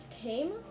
came